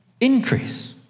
increase